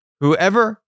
Whoever